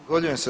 Zahvaljujem se.